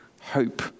hope